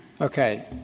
Okay